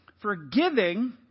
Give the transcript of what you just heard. forgiving